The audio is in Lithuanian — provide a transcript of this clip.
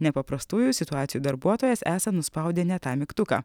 nepaprastųjų situacijų darbuotojas esą nuspaudė ne tą mygtuką